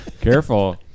Careful